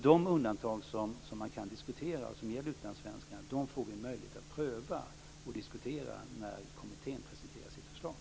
De undantag som kan diskuteras för utlandssvenskar får vi möjlighet att pröva när kommittén presenterar sitt förslag.